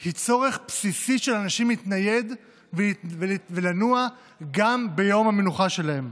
היא צורך בסיסי של אנשים להתנייד ולנוע גם ביום המנוחה שלהם.